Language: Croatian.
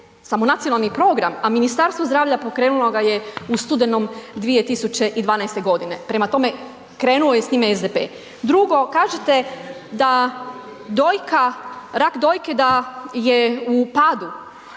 samo nacionalni program, a Ministarstvo zdravlja pokrenulo ga je u studenom 2012.g., prema tome krenuo je s time SDP. Drugo, kažete da dojka, rak dojke da je u padu,